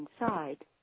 inside